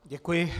Děkuji.